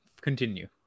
continue